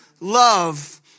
love